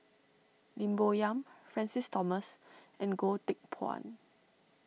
Lim Bo Yam Francis Thomas and Goh Teck Phuan